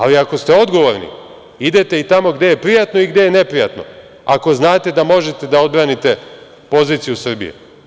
Ali, ako ste odgovorni idete i tamo gde je prijatno i gde je neprijatno, ako znate da možete da odbranite poziciju Srbije.